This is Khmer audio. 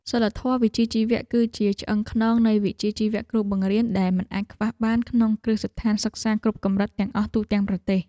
សីលធម៌វិជ្ជាជីវៈគឺជាឆ្អឹងខ្នងនៃវិជ្ជាជីវៈគ្រូបង្រៀនដែលមិនអាចខ្វះបានក្នុងគ្រឹះស្ថានសិក្សាគ្រប់កម្រិតទាំងអស់ទូទាំងប្រទេស។